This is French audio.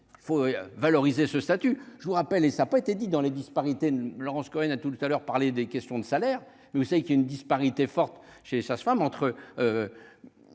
il faut valoriser ce statut, je vous rappelle, et ça a pas été dit dans les disparités Laurence Cohen, à tout à l'heure parler des questions de salaire mais vous savez qu'il y a une disparité forte chez sa femme entre